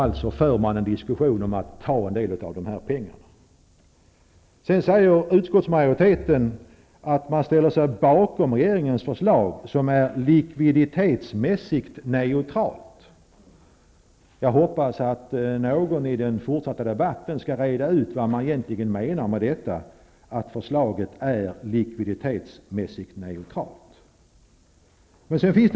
Alltså för man en diskussion om att ta en del av dessa pengar. Utskottsmajoriteten säger att den ställer sig bakom regeringens förslag som likviditetsmässigt är neutralt. Jag hoppas att någon i den fortsatta debatten skall reda ut vad som egentligen menas med att förslaget är likviditetsmässigt neutralt.